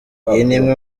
imwe